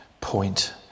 point